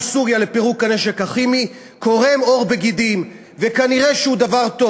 סוריה לפירוק הנשק הכימי קורם עור וגידים וכנראה הוא דבר טוב.